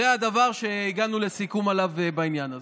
זה הדבר שהגענו לסיכום עליו בעניין הזה.